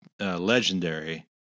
legendary